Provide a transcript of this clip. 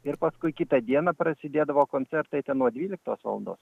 ir paskui kitą dieną prasidėdavo koncertai ten nuo dvyliktos valandos